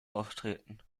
auftreten